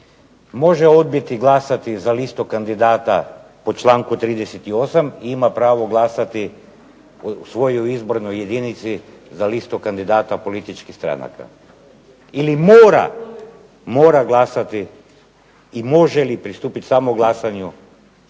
može odbiti glasati za listu kandidata po članku 38. i ima pravo glasati svoju izbornoj jedinici za listu kandidata političkih stranaka ili mora glasati i može li pristupiti samo glasanju